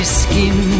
skin